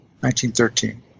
1913